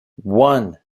one